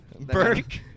Burke